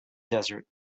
desert